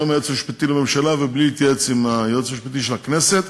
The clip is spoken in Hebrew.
לא עם היועץ המשפטי לממשלה ולא עם היועץ המשפטי לכנסת.